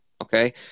Okay